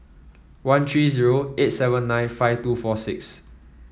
one three zero eight seven nine five two four six